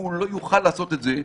הן לא יוכלו לעשות את זה.